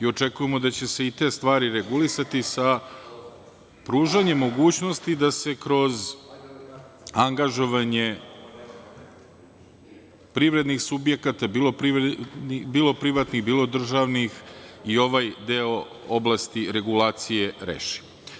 Očekujemo da će se i te stvari regulisati, sa pružanjem mogućnosti da se kroz angažovanje privrednih subjekata, bilo privatnih, bilo državnih, i ovaj deo oblasti regulacije reši.